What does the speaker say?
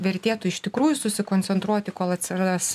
vertėtų iš tikrųjų susikoncentruoti kol atsiras